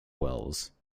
welles